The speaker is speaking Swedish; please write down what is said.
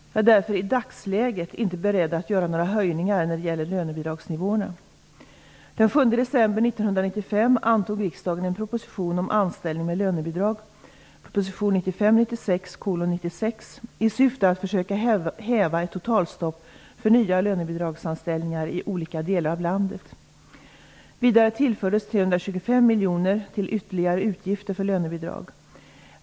Jag är därför i dagsläget inte beredd att göra några höjningar när det gäller lönebidragsnivåerna. Vidare tillfördes 325 miljoner kronor till ytterligare utgifter för lönebidrag.